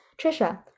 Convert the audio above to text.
Trisha